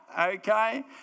okay